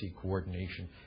coordination